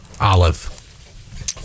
Olive